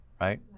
right